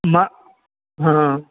नहि हॅं